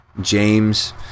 james